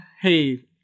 Hey